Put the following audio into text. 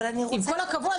עם כל הכבוד,